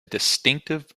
distinctive